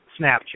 Snapchat